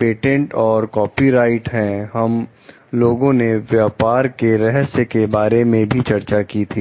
patent और copyright है हम लोगों ने व्यापार के रहस्य के बारे में भी चर्चा की थी